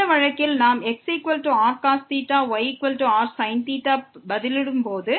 இந்த வழக்கில் நாம் xrcos yrsin க்கு பதிலாக வேறொன்றை வைக்கிறோம்